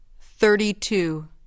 Thirty-two